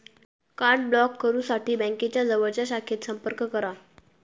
card block करुसाठी बँकेच्या जवळच्या शाखेत संपर्क करा